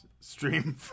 Stream